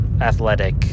athletic